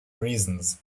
reasons